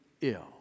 ill